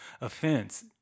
offense